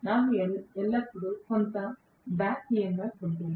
నాకు ఎల్లప్పుడూ కొంత బ్యాక్ ఈమ్ఫ్ ఉంటుంది